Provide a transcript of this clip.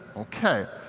okay.